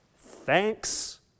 thanks